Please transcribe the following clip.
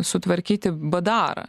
sutvarkyti bdarą